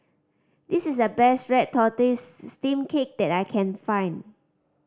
this is the best red tortoise steamed cake that I can find